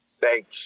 Thanks